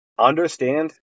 understand